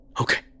Okay